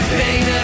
pain